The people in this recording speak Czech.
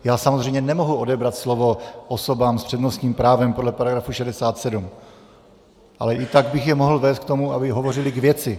Já samozřejmě nemohu odebrat slovo osobám s přednostním právem podle § 67, ale i tak bych je mohl vést k tomu, aby hovořily k věci.